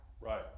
right